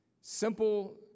Simple